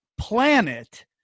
planet